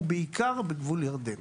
ובעיקר בגבול ירדן.